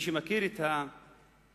מי שמכיר את הפרוצדורה,